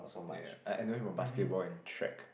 ya I I know him from basketball and track